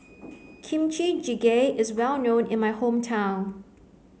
Kimchi Jjigae is well known in my hometown